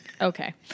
Okay